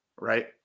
right